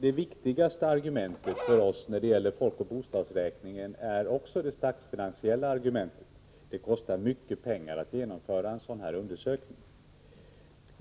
det viktigaste argumentet för oss också när det gäller folkoch bostadsräkningen är det statsfinansiella argumentet — det kostar mycket pengar att genomföra en sådan undersökning.